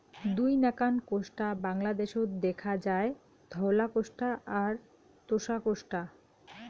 দুই নাকান কোষ্টা বাংলাদ্যাশত দ্যাখা যায়, ধওলা কোষ্টা আর তোষা কোষ্টা